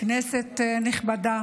להצעות חוק נפרדות, עברה.